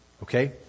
Okay